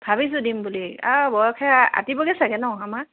ভাবিছোঁ দিম বুলি বয়সে আতিবগৈ চাগে ন' আমাৰ